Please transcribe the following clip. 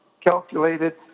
calculated